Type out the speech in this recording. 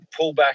pullback